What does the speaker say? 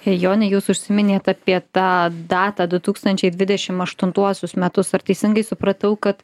jonė jūs užsiminėt apie tą datą du tūkstančiai dvidešim aštuntuosius metus ar teisingai supratau kad